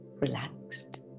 relaxed